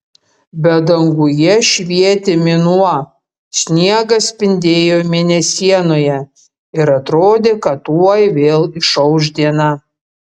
bet danguje švietė mėnuo sniegas spindėjo mėnesienoje ir atrodė kad tuoj vėl išauš diena